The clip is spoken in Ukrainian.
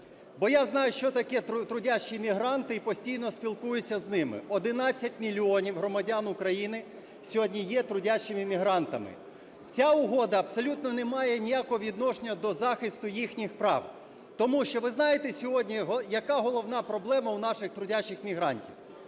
бо я знаю, що таке трудящі-мігранти, і постійно спілкуюся з ними. 11 мільйонів громадян України сьогодні є трудящими-мігрантами. Ця угода абсолютно не має ніякого відношення до захисту їхніх прав. Тому що, ви знаєте, сьогодні яка головна проблема у наших трудящих-мігрантів?